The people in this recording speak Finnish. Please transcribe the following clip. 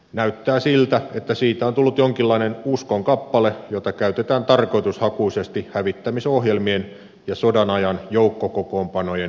näyttää siltä että siitä on tullut jonkinlainen uskonkappale jota käytetään tarkoitushakuisesti hävittämisohjelmien ja sodan ajan joukkokokoonpanojen pienentämisen perusteluna